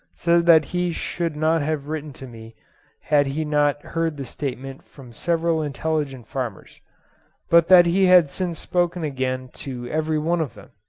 said that he should not have written to me had he not heard the statement from several intelligent farmers but that he had since spoken again to every one of them,